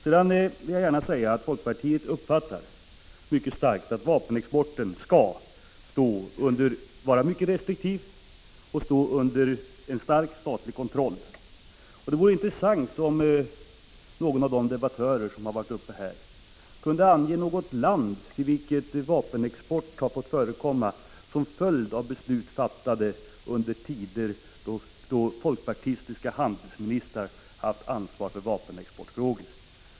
Jag vill också säga att folkpartiet mycket starkt hävdar att vapenexporten skall vara synnerligen restriktiv och skall stå under en stark statlig kontroll. Det vore intressant om någon av de talare som har varit uppe i debatten kunde ange något land till vilket vapenexport skall få förekomma som följd av beslut fattade under tider då folkpartistiska handelsministrar haft ansvar för vapenexportfrågor.